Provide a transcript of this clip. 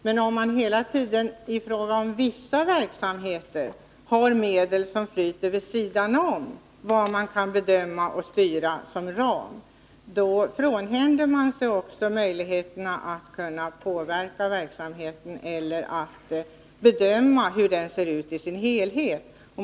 Men om vissa verksamheter har medel som flyter vid sidan av det man kan bedöma och styra inom ramen, så frånhänder man sig också möjligheterna att kunna påverka verksamheten eller att bedöma hur den ser ut i sin helhet.